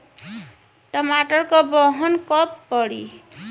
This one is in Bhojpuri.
टमाटर क बहन कब पड़ी?